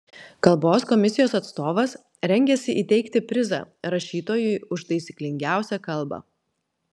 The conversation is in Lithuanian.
kalbos komisijos atstovas rengiasi įteikti prizą rašytojui už taisyklingiausią kalbą